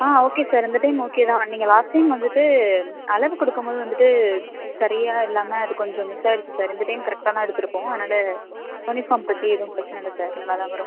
ஆ okay sir இந்த time okay தான் நீங்கள் லாஸ்ட் டைம் வந்துகிட்டு அளவு கொடுக்கும்போது வந்துகிட்டு சரியாக இல்லாமல் அது கொஞ்சம் மிஸ் ஆகிடுச்சி சார் இந்த டைம் கரெக்டாக தான் எடுத்துருக்கோம் அதனால் யூனிஃபார்ம் பற்றி ஏதும் பிரச்சின இல்லை சார் நல்லா தான் வரும்